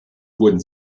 wurden